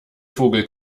vogel